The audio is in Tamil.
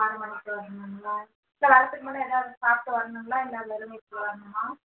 ஆறுமணிக்கு வரணுங்களா சார் வர்றதுக்கு முன்னாடி எதாவது சாப்பிட்டு வரணுங்களா இல்லை வெறும் வயிற்றுல வரணுமா